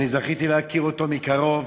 אני זכיתי להכיר אותו מקרוב.